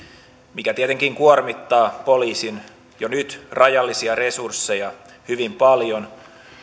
mikä tietenkin kuormittaa poliisin jo nyt rajallisia resursseja hyvin paljon